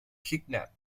kidnapped